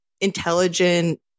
intelligent